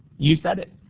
you said it.